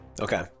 Okay